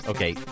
Okay